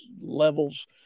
levels